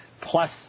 plus